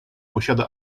posiada